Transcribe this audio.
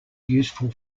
useful